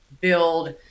build